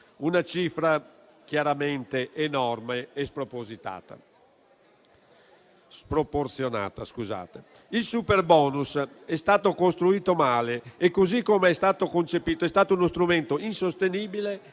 una cifra chiaramente enorme e sproporzionata. Il superbonus è stato costruito male e, così come è stato concepito, è stato uno strumento insostenibile